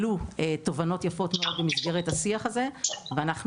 עלו תובנות יסוד במסגרת השיח הזה ואנחנו